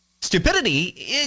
Stupidity